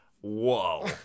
Whoa